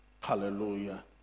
hallelujah